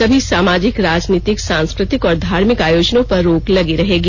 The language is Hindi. सभी सामाजिक राजनीतिक सांस्कृतिक और धार्मिक आयोजनों पर रोक लगी रहेगी